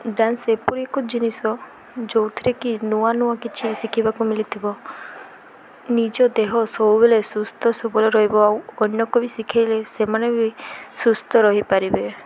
dance ଏପରି ଏକ ଜିନିଷ ଯେଉଁଥିରେ କିି ନୂଆ ନୂଆ କିଛି ଶିଖିବାକୁ ମିିଲିଥିବ ନିଜ ଦେହ ସବୁବେଳେ ସୁସ୍ଥ ସବଲ ରହିବ ଆଉ ଅନ୍ୟକୁ ବି ଶିଖେଇଲେ ସେମାନେ ବି ସୁସ୍ଥ ରହିପାରିବେ